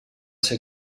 ser